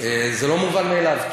זה לא מובן מאליו,